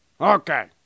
Okay